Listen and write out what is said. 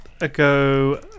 ago